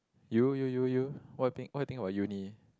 you you you you what you think what you think about uni